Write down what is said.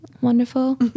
wonderful